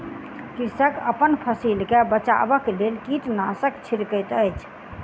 कृषक अपन फसिल के बचाबक लेल कीटनाशक छिड़कैत अछि